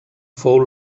fou